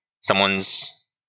someone's